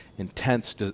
intense